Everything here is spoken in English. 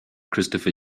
christopher